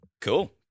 Cool